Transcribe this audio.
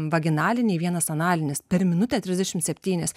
vaginaliniai vienas analinis per minutę trisdešimt septynias